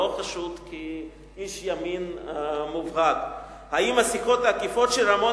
שלא חשוד כאיש ימין מובהק: האם השיחות העקיפות של רמון